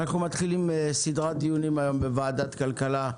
אנחנו מתחילים היום סדרת דיונים בוועדת הכלכלה,